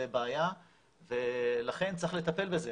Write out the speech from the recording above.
זה בעיה ולכן צריך לטפל בזה.